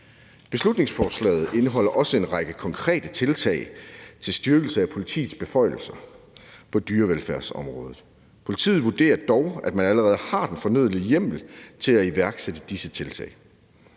Beslutningsforslaget indeholder også en række konkrete tiltag til styrkelse af politiets beføjelser på dyrevelfærdsområdet. Politiet vurderer dog, at man allerede har den fornødne hjemmel til at iværksætte disse tiltag.